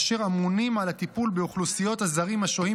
אשר אמונים על הטיפול באוכלוסיות הזרים השוהים